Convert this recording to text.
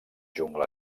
jungla